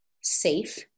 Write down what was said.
safe